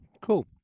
Cool